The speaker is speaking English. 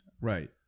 right